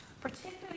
particularly